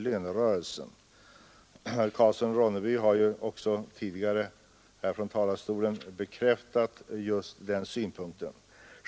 Herr Karlsson i Ronneby har ju också tidigare från denna talarstol bekräftat denna skrivning.